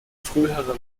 frühere